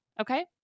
okay